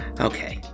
okay